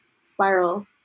spiral